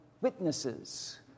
witnesses